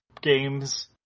games